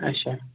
اچھا